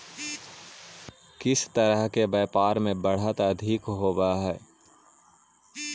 किस तरह के व्यापार में बढ़त अधिक होवअ हई